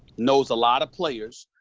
knows a lot of players,